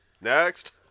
next